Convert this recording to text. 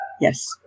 Yes